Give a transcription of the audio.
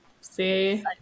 see